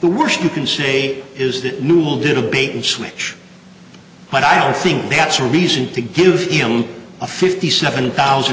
the worst you can say is that newell did a bait and switch but i don't think that's a reason to give him a fifty seven thousand